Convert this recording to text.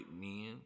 men